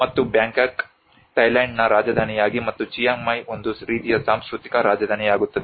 ಮತ್ತು ಬ್ಯಾಂಕಾಕ್ ಥೈಲ್ಯಾಂಡ್ನ ರಾಜಧಾನಿಯಾಗಿ ಮತ್ತು ಚಿಯಾಂಗ್ ಮಾಯ್ ಒಂದು ರೀತಿಯ ಸಾಂಸ್ಕೃತಿಕ ರಾಜಧಾನಿಯಾಗುತ್ತದೆ